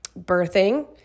birthing